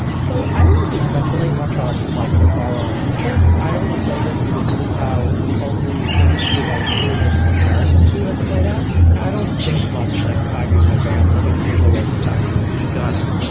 so i don't really speculate much on like the far-off future. i only say this because this is how the only industry that i can really make a comparison to has played out. i don't think much, like five years in advance. i think it's usually a waste of time got it.